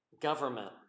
government